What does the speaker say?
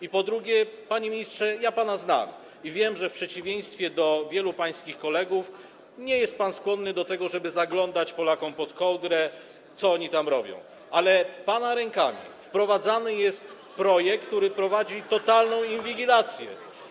I po drugie, panie ministrze - ja pana znam i wiem, że w przeciwieństwie do wielu pańskich kolegów nie jest pan skłonny do tego, żeby zaglądać Polakom pod kołdrę, co oni tam robią - pana rękami wdrażany jest projekt, który wprowadzi totalną inwigilację.